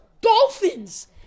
Dolphins